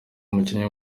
umukinnyi